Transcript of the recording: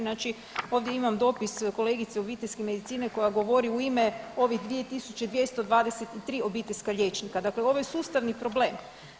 Znači ovdje imam dopis kolegice obiteljske medicine koja govori u ime ovih 2223 obiteljska liječnika, dakle ovo je sustavni problem.